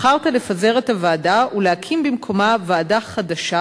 בחרת לפזר את הוועדה ולהקים במקומה ועדה חדשה,